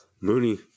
Mooney